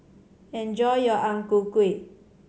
enjoy your Ang Ku Kueh